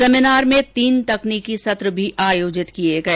seminar में तीन तेकनीकी सत्र भी आयोजित किए गए